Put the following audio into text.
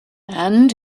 and